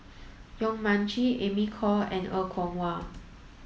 Yong Mun Chee Amy Khor and Er Kwong Wah